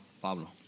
Pablo